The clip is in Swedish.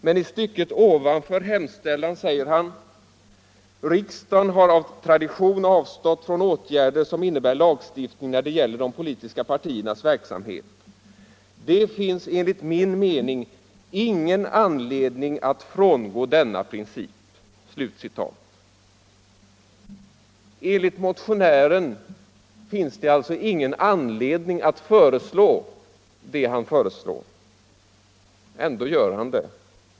Men i stycket ovanför hemställan säger herr Danell: ”Riksdagen har av tradition avstått från åtgärder som innebär lagstiftning när det gäller de politiska partiernas verksamhet. Det finns enligt min mening ingen anledning att frångå denna princip.” Enligt motionären finns det alltså ingen anledning att föreslå det han föreslår. Ändå gör han det.